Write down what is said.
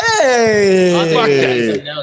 Hey